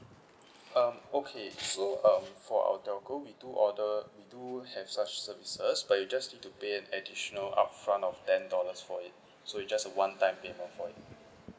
um okay so um for our telco we do order do have such services but you just need to pay an additional upfront of ten dollars for it so it just a one time payment for it